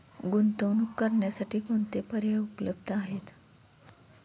गुंतवणूक करण्यासाठी कोणते पर्याय उपलब्ध आहेत?